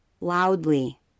loudly